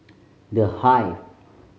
The Hive